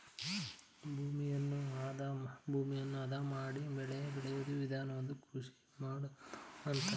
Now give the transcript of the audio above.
ಭೂಮಿಯನ್ನು ಅದ ಮಾಡಿ ಬೆಳೆ ಬೆಳೆಯೂ ವಿಧಾನವನ್ನು ಕೃಷಿ ಮಾಡುವುದು ಅಂತರೆ